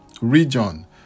region